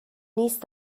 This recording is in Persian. نیست